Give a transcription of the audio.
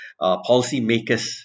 policymakers